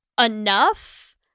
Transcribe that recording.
enough